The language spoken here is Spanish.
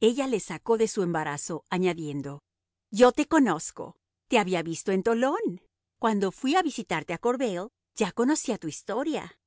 ella le sacó de su embarazo añadiendo yo te conozco te había visto en tolón cuando fui a visitarte a corbeil ya conocía tu historia